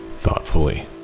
thoughtfully